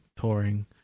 touring